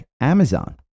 Amazon